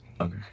Okay